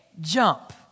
jump